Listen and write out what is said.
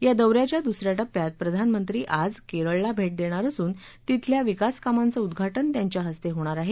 या दौ याच्या दुस या टप्प्यात प्रधानमंत्री आज केरळला भेट देणार असून तिथल्या विकास कामांचं उद्घाटन त्यांच्या हस्ते होणार आहे